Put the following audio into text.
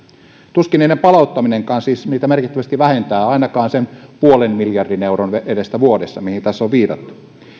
tuskin niiden palauttaminenkaan siis niitä merkittävästi vähentää ainakaan sen puolen miljardin euron edestä vuodessa mihin tässä on viitattu